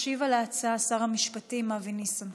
ישיב על ההצעה שר המשפטים אבי ניסנקורן.